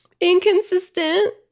inconsistent